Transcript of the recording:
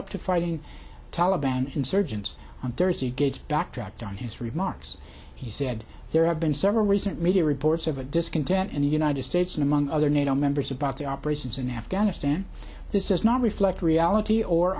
up to fighting taliban insurgents on thursday gates backtracked on his remarks he said there have been several recent media reports of a discontent in the united states among other nato members about the operations in afghanistan this does not reflect reality or